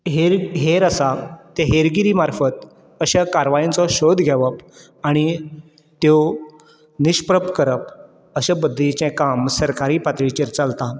हेर हेर आसा त्या हेरगिरी मार्फत शोध घेवप आनी त्यो निश्प्रप करप अशे पद्दतीचें काम सरकारी पातळीचेर चलता